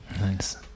Nice